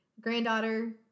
granddaughter